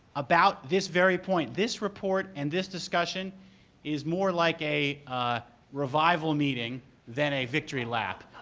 about this very point. this report and this discussion is more like a a revival meeting than a victory lap.